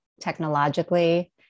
technologically